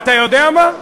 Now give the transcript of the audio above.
אתה יודע מה?